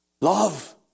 Love